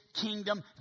kingdom